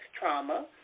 trauma